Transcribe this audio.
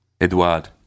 Edward